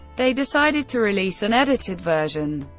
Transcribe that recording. they decided to release an edited version.